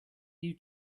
you